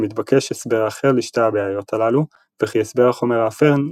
שמתבקש הסבר אחר לשתי הבעיות הללו וכי הסבר החומר האפל,